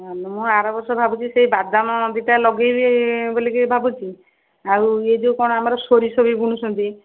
ମୁଁ ଆରବର୍ଷ ଭାବୁଛି ସେ ବାଦାମ ଦୁଇଟା ଲଗେଇବି ବୋଲିକି ଭାବୁଛି ଆଉ ଇଏ ଯେଉଁ କ'ଣ ଆମର ସୋରିଷ ବି ବୁଣୁଛନ୍ତି